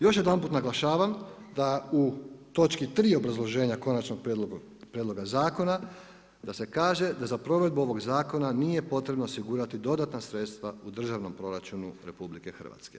Još jedanput naglašavam da u točki 3. obrazloženja konačnog prijedloga zakona da se kaže da za provedbu ovog zakona nije potrebno osigurati dodatna sredstva u državnom proračunu RH.